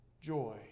joy